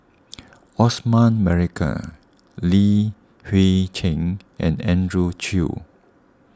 Osman Merican Li Hui Cheng and Andrew Chew